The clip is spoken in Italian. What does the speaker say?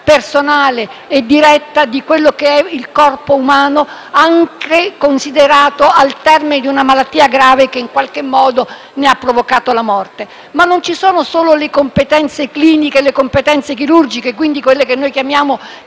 personale e diretta del corpo umano, anche considerato al termine di una malattia grave che ne ha provocato la morte. Ma non sono solo le competenze cliniche e le competenze chirurgiche, quelle che chiamiamo